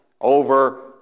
over